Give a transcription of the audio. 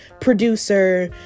producer